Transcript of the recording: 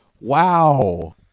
Wow